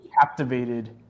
captivated